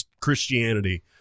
christianity